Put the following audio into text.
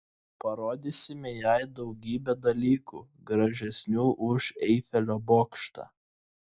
parodysime jai daugybę dalykų gražesnių už eifelio bokštą